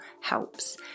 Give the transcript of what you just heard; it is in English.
helps